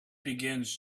begins